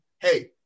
hey